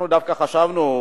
אנחנו דווקא חשבנו,